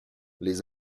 les